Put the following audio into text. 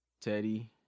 teddy